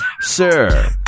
Sir